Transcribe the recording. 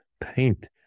paint